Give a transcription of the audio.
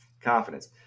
Confidence